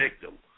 victim